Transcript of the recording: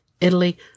Italy